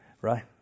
right